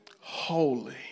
Holy